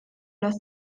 los